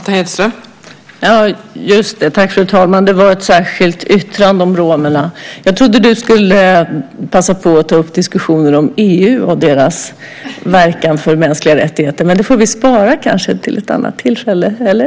Fru talman! Det var alltså fråga om ett särskilt yttrande om romerna. Jag trodde att du skulle passa på att ta upp diskussionen om EU och deras verkan för mänskliga rättigheter. Men det får vi kanske spara till ett annat tillfälle, eller?